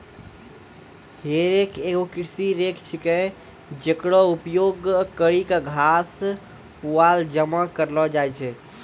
हे रेक एगो कृषि रेक छिकै, जेकरो उपयोग करि क घास, पुआल जमा करलो जाय छै